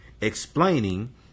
explaining